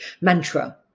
mantra